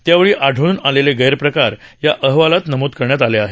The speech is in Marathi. त्यावेळी आढळून आलेले गैरप्रकार या अहवालात नमूद करण्यात आले आहेत